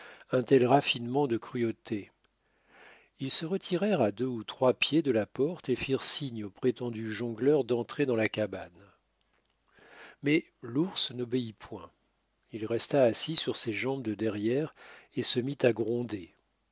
un tel raffinement de cruauté ils se retirèrent à deux ou trois pieds de la porte et firent signe au prétendu jongleur d'entrer dans la cabane mais l'ours n'obéit point il resta assis sur ses jambes de derrière et se mit à gronder